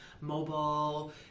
mobile